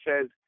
says